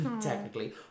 technically